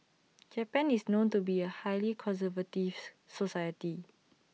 Japan is known to be A highly conservative society